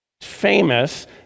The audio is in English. famous